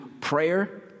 prayer